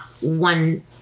one